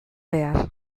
behar